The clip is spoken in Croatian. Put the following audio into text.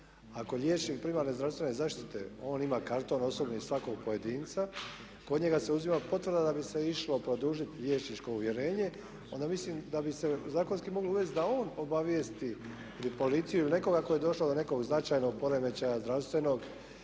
Ako liječnik primarne zdravstvene zaštite, on ima karton, osobno i svakog pojedinca, kod njega se uzima potvrda da bi se išlo produžiti liječničko uvjerenje, onda mislim da bi se zakonski moglo uvesti da on obavijesti ili policiju ili nekoga tko je došao do nekog značajnog poremećaja, zdravstvenog